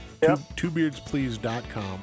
twobeardsplease.com